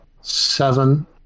seven